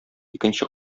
икенче